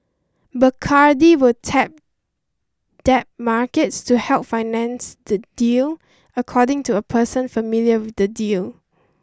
Bacardi will tap debt markets to help finance the deal according to a person familiar with the deal